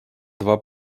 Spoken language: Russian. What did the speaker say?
два